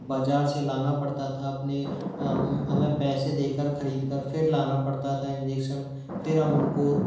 बाज़ार से लाना पड़ता था अपने हमें पैसे दे कर ख़रीद कर फिर लाना पड़ता था इंजेक्सन फिर हम उन को